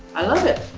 i love it.